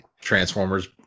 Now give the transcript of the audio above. Transformers